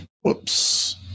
whoops